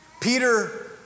Peter